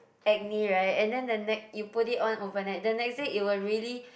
acne right and then the next you put it on overnight the next day it will really